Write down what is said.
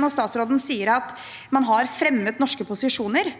når statsråden sier at man har fremmet norske posisjoner.